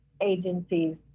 agencies